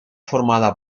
formada